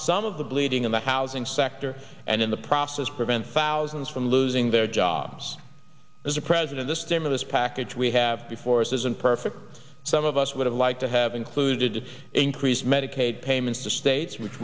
some of the bleeding in the housing sector and in the process prevent thousands from losing their jobs as a president the stimulus package we have before us isn't perfect some of us would have liked to have included to increase medicaid payments to states which